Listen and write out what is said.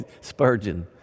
Spurgeon